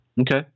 Okay